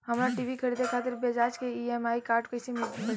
हमरा टी.वी खरीदे खातिर बज़ाज़ के ई.एम.आई कार्ड कईसे बनी?